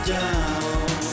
down